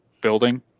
building